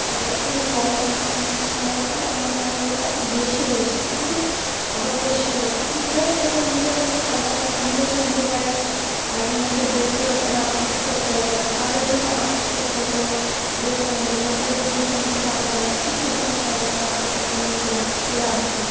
তবে এখন বড় হয়েছি মানে এখন সংগ্রহটা মানে আগ্রহটা আরও বেশি হয়েছে কমেনি আরও বেশি হয়েছে এখন জাস্ট এখন নিজের কাছে পয়সা থাকে নিজেই কিনতে পারি আগের মতো দেখতে হতো না আফসোস করতে হতো না আগে যেরকম আফসোস করতে হতো দেখতাম দেখে একটা একটা জিনিসটা নিতে পারতাম না কী কিনতে পারতাম না আফসোস হতো নিয়ে চলে চলে আসতাম